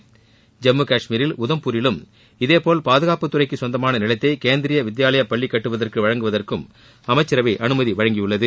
ஐம்முகஷ்மீரில் உதம்பூரிலும் இதேபோல் பாதுகாப்புத்துறைக்கு கொந்தமான நிலத்தை கேந்திரீய வித்யாலயா பள்ளி கட்டுவதற்கு வழங்குவதற்கும் அமைச்சரவை அனுமதி வழங்கியுள்ளது